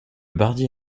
bardi